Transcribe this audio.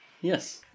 Yes